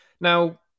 Now